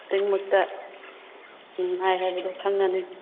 ꯈꯨꯗꯤꯡꯃꯛꯇ ꯅꯨꯡꯉꯥꯏ ꯍꯥꯏꯕꯗꯣ ꯈꯪꯒꯅꯤ